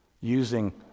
using